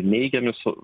neigiami su